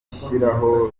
gushyiraho